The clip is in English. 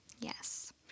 Yes